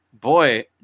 boy